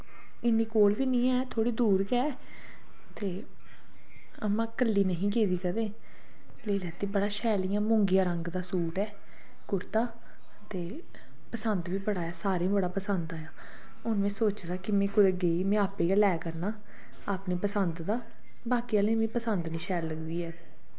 इन्नी कोल बी नी ऐ थोह्ड़ी दूर गै ऐ ते अमा कल्ली नेही गेदी कदेंं लेई लैत्ती बड़ा शैल इयां मुंगिया रंग दा सूट ऐ कुर्ता ते पसंद बी बड़ा आया सारे बड़ा पसंद आया हुन में सोचेदा कि में कुदै गेई में आपें गै लै करना अपनी पसंद दा बाकी आह्लें मीं पसंद नी शैल लगदी ऐ